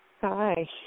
Hi